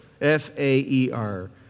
F-A-E-R